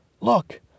look